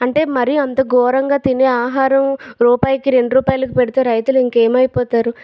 అంటే మరీ అంత ఘోరంగా తినే ఆహరం రూపాయికి రెండు రూపాయలకి పెడితే రైతులు ఇంకేం అయిపోతారు